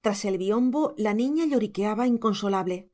tras el biombo la niña lloriqueaba inconsolable